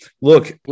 Look